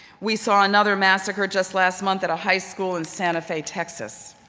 we saw another massacre just last month at a high school in santa fe, texas.